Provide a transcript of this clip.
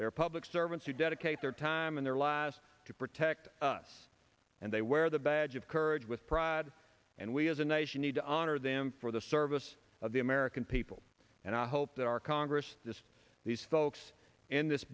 they are public servants who dedicate their time in their lives to protect us and they wear the badge of courage with pride and we as a nation need to honor them for the service of the american people and i hope that our congress this these folks in this